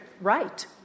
right